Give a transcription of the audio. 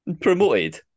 Promoted